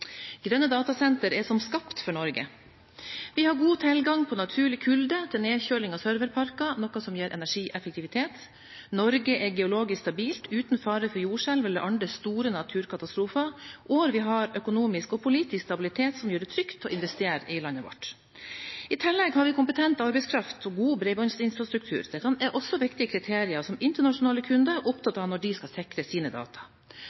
som skapt for Norge. Vi har god tilgang på naturlig kulde til nedkjøling av serverparker, noe som gir energieffektivitet, Norge er geologisk stabilt, uten fare for jordskjelv eller andre store naturkatastrofer, og vi har økonomisk og politisk stabilitet, som gjør det trygt å investere i landet vårt. I tillegg har vi kompetent arbeidskraft og god bredbåndsinfrastruktur. Dette er også viktige kriterier som internasjonale kunder er opptatt av når de skal sikre sine data.